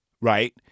right